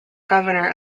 governor